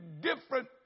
different